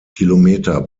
kilometer